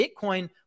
Bitcoin